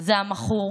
הוא המכור,